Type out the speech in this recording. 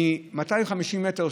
מ-250 מטר,